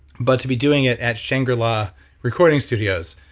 but to be doing it at shangri la recording studios,